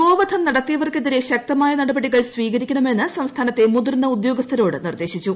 ഗോവധം നടത്തിയവർക്കെതിരെ ശ്ക്തമായ നടപടികൾ സ്വീകരിക്കണമെന്ന് സംസ്ഥാന്ത്തെ് മുതിർന്ന ഉദ്യോഗസ്ഥരോട് നിർദ്ദേശിച്ചു